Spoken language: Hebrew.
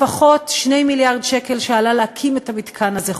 לפחות 2 מיליארד שקל שעלה להקים את המתקן הזה,